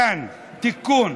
כאן, תיקון,